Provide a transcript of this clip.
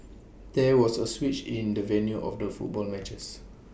there was A switch in the venue of the football matches